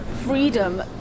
freedom